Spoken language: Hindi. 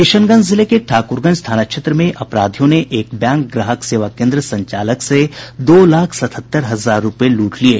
किशनगंज जिले के ठाकुरगंज थाना क्षेत्र में अपराधियों ने एक बैंक ग्राहक सेवा केन्द्र संचालक से दो लाख सतहत्तर हजार रुपये लूट लिये